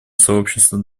сообществом